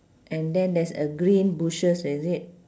and then there's a green bushes is it